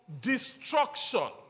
destruction